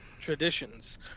traditions